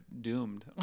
doomed